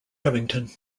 covington